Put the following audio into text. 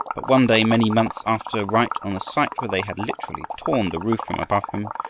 but one day, many months after, right on the site where they had literally torn the roof from above him,